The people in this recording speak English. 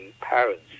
parents